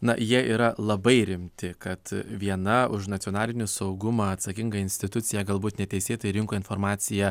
na jie yra labai rimti kad viena už nacionalinį saugumą atsakinga institucija galbūt neteisėtai rinko informaciją